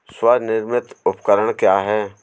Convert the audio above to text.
स्वनिर्मित उपकरण क्या है?